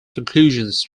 conclusions